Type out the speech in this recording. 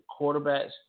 quarterbacks